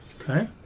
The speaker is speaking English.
Okay